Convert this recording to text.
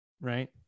Right